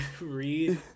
read